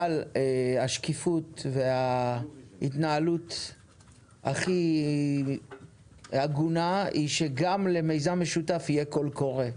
אבל השקיפות וההתנהלות הכי הגונה היא שגם למיזם משותף יהיה קול קורא,